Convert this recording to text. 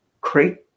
create